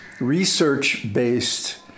research-based